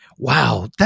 Wow